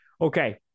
okay